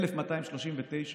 1,239